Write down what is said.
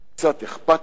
קצת אכפתיות,